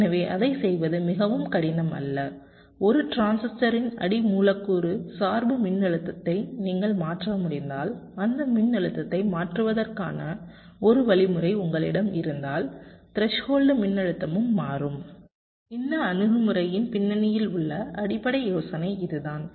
எனவே அதைச் செய்வது மிகவும் கடினம் அல்ல ஒரு டிரான்சிஸ்டரின் அடி மூலக்கூறு சார்பு மின்னழுத்தத்தை நீங்கள் மாற்ற முடிந்தால் அந்த மின்னழுத்தத்தை மாற்றுவதற்கான ஒரு வழிமுறை உங்களிடம் இருந்தால் த்ரெஸ்ஹோல்டு மின்னழுத்தமும் மாறும் இந்த அணுகுமுறையின் பின்னணியில் உள்ள அடிப்படை யோசனை இதுதான்